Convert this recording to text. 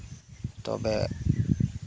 ᱛᱚᱵᱮ